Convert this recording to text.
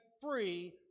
free